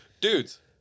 Dudes